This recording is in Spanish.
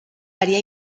área